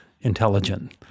intelligent